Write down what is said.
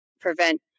prevent